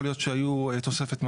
יכול להיות שהיו תוספת ממ"דים,